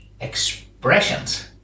expressions